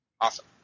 Awesome